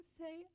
say